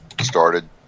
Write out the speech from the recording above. started